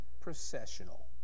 processional